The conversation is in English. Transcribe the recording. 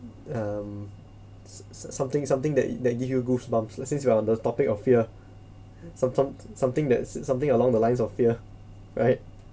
um s~ s~ something something that that gives you goosebumps since we are on the topic of fear some some something that's something along the lines of fear right